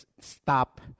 stop